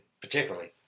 particularly